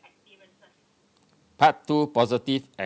part two positive experiences